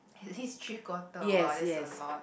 at least three quarter !wah! that's a lot